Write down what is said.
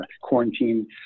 quarantine